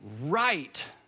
right